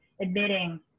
admitting